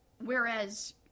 Whereas